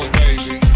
baby